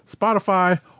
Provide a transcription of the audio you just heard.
Spotify